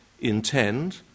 intend